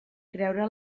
creure